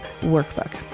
workbook